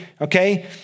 okay